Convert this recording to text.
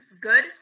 good